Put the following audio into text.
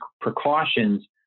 precautions